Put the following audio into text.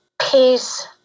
peace